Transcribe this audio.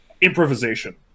improvisation